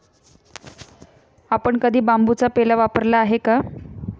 आपण कधी बांबूचा पेला वापरला आहे का?